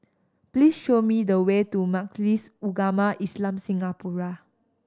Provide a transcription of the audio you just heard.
please show me the way to Majlis Ugama Islam Singapura